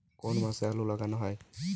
কোন মাসে আলু লাগানো হয়?